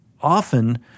often